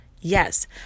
Yes